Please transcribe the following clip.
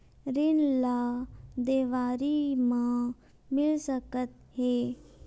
ऋण ला देवारी मा मिल सकत हे